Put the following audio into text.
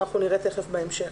נראה תיכף בהמשך.